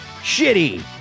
Shitty